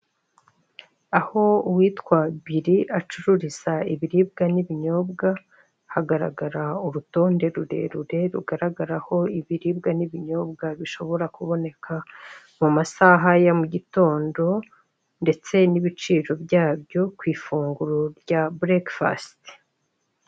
Aho uwitwa Billy acururiza ibiribwa n'ibinyobwa, hagaragara urutonde rurerure rugaragaraho ibiribwa n'ibinyobwa bishobora kuboneka mu masaha ya mugitondo ndetse n'ibiciro byabyo, ku ifunguro rya burekefasite.